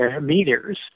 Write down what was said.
meters